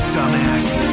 Dumbass